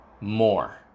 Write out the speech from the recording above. more